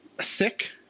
sick